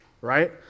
Right